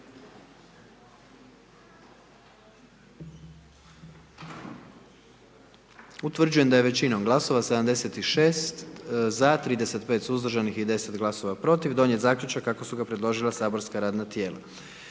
Utvrđujem da je većinom glasova, 76 za, 10 suzdržanih i 9 protiv donijet zaključak kako su je predložilo matično saborsko radno tijelo.